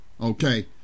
okay